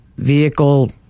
vehicle